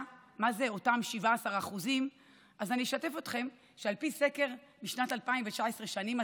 מה זה אותם 17% אני אשתף אתכם שעל פי סקר משנת 2019 שאני מצאתי,